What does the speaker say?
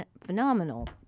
phenomenal